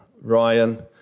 Ryan